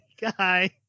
guy